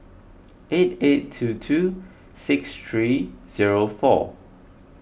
eight eight two two six three zero four